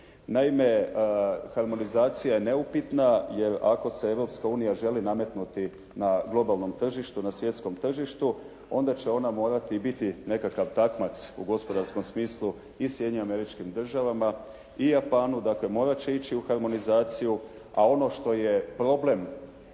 Naime harmonizacija je neupitna, jer ako se Europska unija želi nametnuti na globalnom tržištu, na svjetskom tržištu onda će ona morati biti nekakav takmac u gospodarskom smislu i Sjedinjenim Američkim Državama i Japanu, dakle morati će ići u harmonizaciju, a ono što je problem